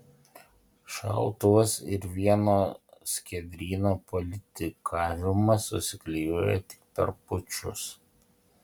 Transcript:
šautuvas ir vieno skiedryno politikavimas susiklijuoja tik per pučus